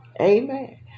Amen